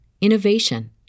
innovation